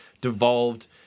devolved